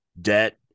debt